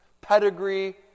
pedigree